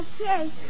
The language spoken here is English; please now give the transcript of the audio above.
Okay